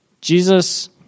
Jesus